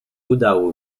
udało